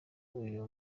uyu